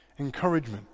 Encouragement